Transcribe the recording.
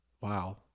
Wow